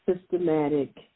systematic